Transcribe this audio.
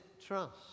Trust